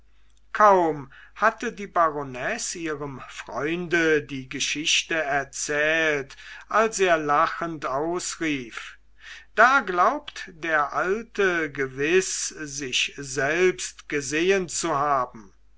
kaum hatte die baronesse ihrem freunde die geschichte erzählt als er lachend ausrief da glaubt der alte gewiß sich selbst gesehen zu haben